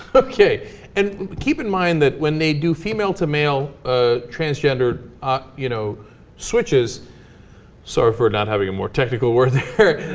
okay and keep in mind that when they do female to male ah transgender ah. you know stretches sar for not having a more technical work ah.